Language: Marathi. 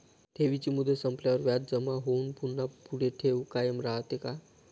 ठेवीची मुदत संपल्यावर व्याज जमा होऊन पुन्हा पुढे ठेव कायम राहते का?